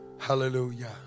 Hallelujah